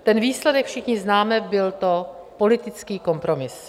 Ten výsledek všichni známe, byl to politický kompromis.